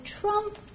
trump